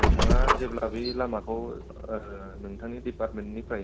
नोंथाङा जेब्ला बे लामाखौ नोंथांनि डिपार्टमेन्टनिफ्राय